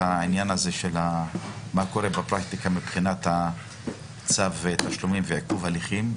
תבדקו מה קורה בפרקטיקה מבחינת צו תשלומים ועיכוב הליכים.